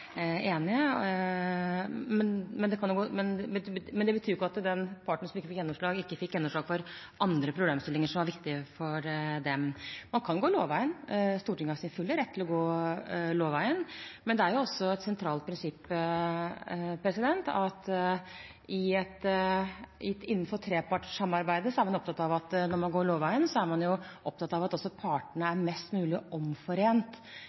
enige. Det betyr ikke at den parten som ikke fikk gjennomslag, ikke fikk gjennomslag for andre problemstillinger som var viktige for dem. Man kan gå lovveien. Stortinget er i sin fulle rett til å gå lovveien, men det er også et sentralt prinsipp innenfor trepartssamarbeidet at når man går lovveien, er man også opptatt av at partene er mest mulig omforent i det som foreslås. Man behøver ikke å forholde seg til at partene skal være omforent,